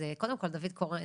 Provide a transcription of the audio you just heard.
אז קודם כל דוד קורן